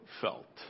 felt